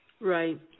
Right